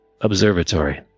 Observatory